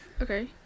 okay